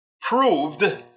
proved